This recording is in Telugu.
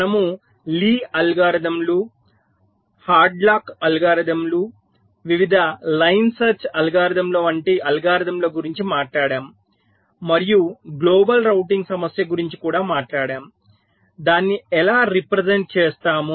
మనము లీ అల్గోరిథంలు హాడ్లాక్ అల్గోరిథంలు వివిధ లైన్ సెర్చ్ అల్గోరిథంలు వంటి అల్గోరిథంల గురించి మాట్లాడాము మరియు గ్లోబల్ రౌటింగ్ సమస్య గురించి కూడా మాట్లాడాము దానిని ఎలా రిప్రెసెంట్ చేస్తాము